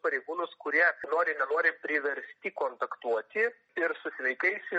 pareigūnus kurie nori nenori priversti kontaktuoti ir su sveikais ir